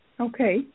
Okay